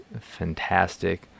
fantastic